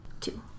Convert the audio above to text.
Two